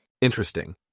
Interesting